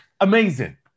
amazing